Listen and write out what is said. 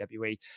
WWE